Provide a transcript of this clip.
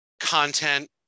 content